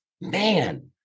man